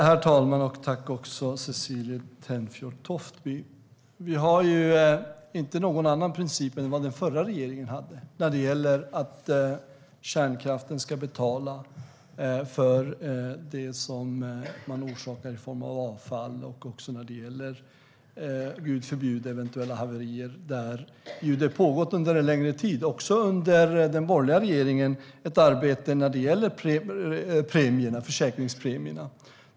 Herr talman! Tack, Cecilie Tenfjord-Toftby! Vi har inte någon annan princip än den som den förra regeringen hade, att kärnkraften ska betala för det som den orsakar i form av avfall och - Gud förbjude - eventuella haverier. Det har under en längre tid, också under den borgerliga regeringen, pågått ett arbete gällande försäkringspremierna.